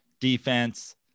defense